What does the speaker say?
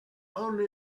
only